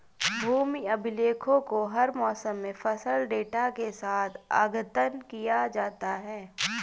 भूमि अभिलेखों को हर मौसम में फसल डेटा के साथ अद्यतन किया जाता है